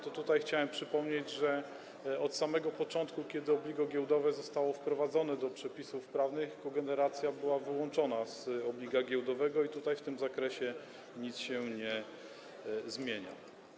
Tutaj chciałem przypomnieć, że od samego początku, kiedy obligo giełdowe zostało wprowadzone do przepisów prawnych, kogeneracja była wyłączona z obliga giełdowego i tutaj, w tym zakresie nic się nie zmienia.